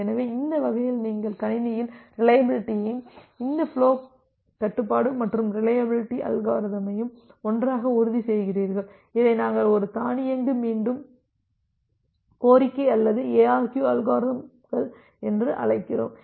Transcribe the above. எனவே அந்த வகையில் நீங்கள் கணினியில் ரிலையபிலிட்டியையும் இந்த ஃபுலோ கட்டுப்பாடு மற்றும் ரிலையபிலிட்டி அல்காரிதமையும் ஒன்றாக உறுதி செய்கிறீர்கள் இதை நாங்கள் ஒரு தானியங்கி மீண்டும் கோரிக்கை அல்லது எஆர்கியு அல்காரிதம்கள் என்று அழைக்கிறோம்